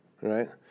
right